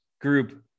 group